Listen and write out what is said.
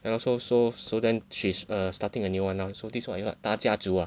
and also so so so then she's err starting a new one now this is what 大家族 ah